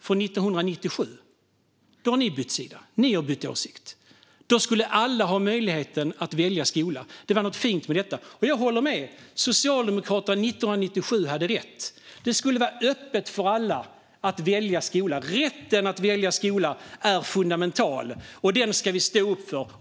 Efter det har Socialdemokraterna bytt sida och åsikt. Då sa man att alla skulle ha möjlighet att välja skola. Det var något fint. Jag håller med om det. Socialdemokraterna hade rätt 1997, då det skulle vara öppet för alla att välja skola. Rätten att välja skola är fundamental, och den ska vi stå upp för.